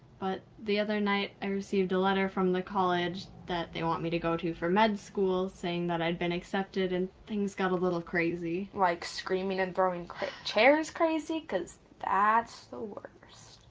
but the other night i received a letter from the college that they want me to go to for med school, saying that i'd been accepted, and, things got a little crazy. tyb like, screaming and throwing chairs crazy? cause that's the worst,